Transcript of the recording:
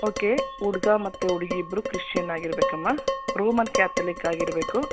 okay ಹುಡ್ಗ ಮತ್ತು ಹುಡ್ಗಿ ಇಬ್ರೂ ಕ್ರಿಶ್ಚನ್ ಆಗಿರಬೇಕಮ್ಮ ರುಮನ್ ಕ್ಯಾತಲಿಕ್ ಆಗಿರಬೇಕು